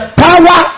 power